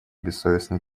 бессовестной